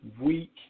week